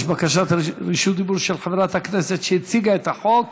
יש בקשת רשות דיבור של חברת הכנסת שהציגה את החוק.